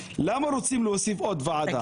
למה רוצים להוסיף עוד ועדה?